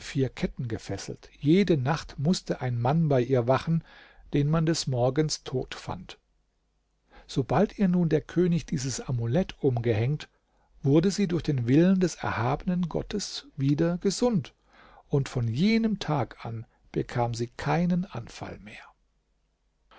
ketten gefesselt jede nacht mußte ein mann bei ihr wachen den man des morgens tot fand sobald ihr nun der könig dieses amulett umgehängt wurde sie durch den willen des erhabenen gottes wieder gesund und von jenem tag an bekam sie keinen anfall mehr